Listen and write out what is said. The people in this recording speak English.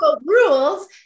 Rules